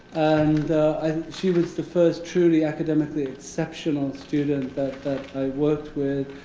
and she was the first truly academically exceptional student that that i worked with.